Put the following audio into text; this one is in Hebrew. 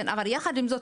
אבל יחד עם זאת,